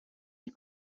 you